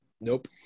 Nope